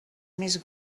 més